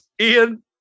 Ian